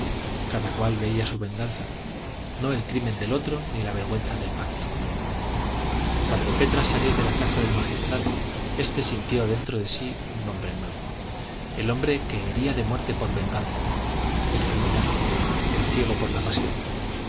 cada cual veía su venganza no el crimen del otro ni la vergüenza del pacto cuando petra salió de casa del magistral este sintió dentro de sí un hombre nuevo el hombre que hería de muerte por venganza el criminal el ciego por la pasión